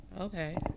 okay